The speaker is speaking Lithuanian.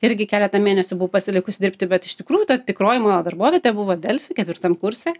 irgi keletą mėnesių buvau pasilikusi dirbti bet iš tikrųjų ta tikroji mano darbovietė buvo delfi ketvirtam kurse